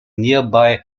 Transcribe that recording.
nearby